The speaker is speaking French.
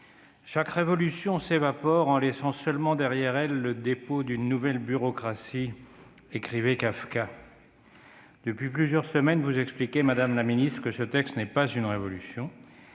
Chaque révolution s'évapore en laissant seulement derrière elle le dépôt d'une nouvelle bureaucratie », écrivait Kafka. Depuis plusieurs semaines, vous expliquez, madame la ministre, que ce texte n'est pas une révolution.